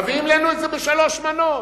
מביאים לנו את זה בשלוש מנות.